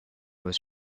was